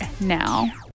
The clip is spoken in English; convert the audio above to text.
now